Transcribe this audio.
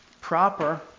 proper